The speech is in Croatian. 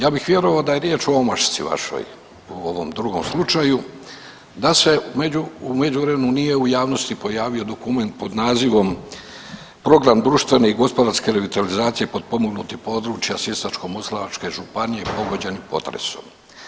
Ja bih vjerovao da je riječ o omašci vašoj u ovom drugom slučaju da se u međuvremenu nije u javnosti pojavio dokument pod nazivom „Program društvene i gospodarske revitalizacije potpomognutih područja Sisačko-moslavačke županije pogođenih potresom“